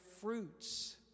fruits